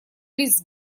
лиц